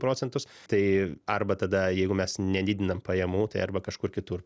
procentus tai arba tada jeigu mes nedidinam pajamų tai arba kažkur kitur